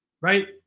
Right